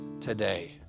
today